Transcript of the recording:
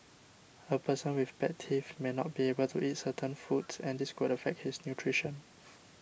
a person with bad teeth may not be able to eat certain foods and this could affect his nutrition